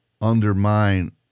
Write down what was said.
undermine